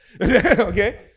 Okay